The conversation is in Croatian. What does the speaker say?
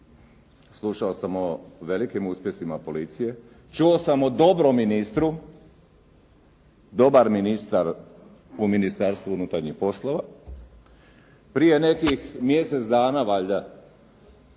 Slušao sam o velikim uspjesima policije, čuo sam o dobrom ministru. Dobar ministar u Ministarstvu unutarnjih poslova. Prije nekih mjesec dana valjda